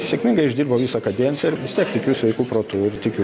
sėkmingai išdirbo visą kadenciją ir vis tiek tikiu sveiku protu ir tikiu